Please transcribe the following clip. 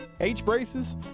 H-braces